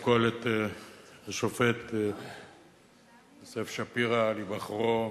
כול את השופט יוסף שפירא על היבחרו,